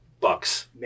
bucks